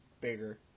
bigger